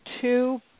two